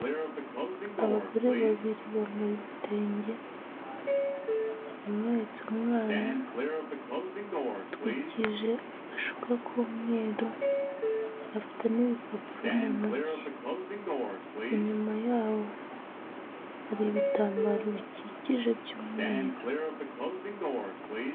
Abagore babiri bambaye ibitenge, umwe ahetse umwana, atwikije agashuka k'umweru, afite n'ibipapuro mu ntoki. Inyuma yabo hari ibitambaro bikikije by'umweru.